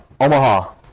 Omaha